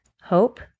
hope